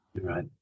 right